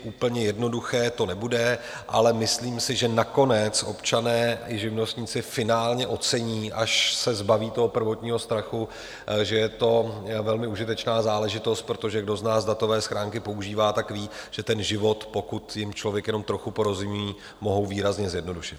Úplně jednoduché to nebude, ale myslím si, že nakonec občané i živnostníci finálně ocení, až se zbaví prvotního strachu, že je to velmi užitečná záležitost, protože kdo z nás datové schránky používá, ví, že ten život, pokud jim člověk jenom trochu porozumí, mohou výrazně zjednodušit.